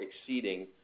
exceeding